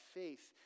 faith